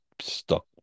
stuck